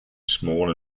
small